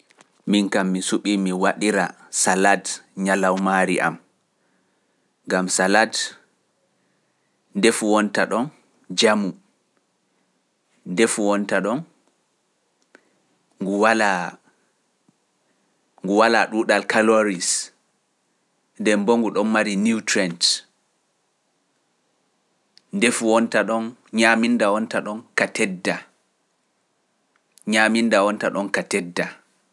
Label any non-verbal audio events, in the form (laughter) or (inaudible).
Min kam mi suɓii mi waɗira salad (hesitation) ñalawmaari am, gam salad, ndefu wonta ɗon jamu, ndefu wonta ɗon ngu walaa ɗuuɗal kaloris, ndembo ngu donmari nutrients. nyaminda wonta don ka tedda.